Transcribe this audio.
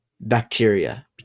bacteria